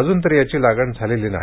अजून तरी याची लागण झालेली नाही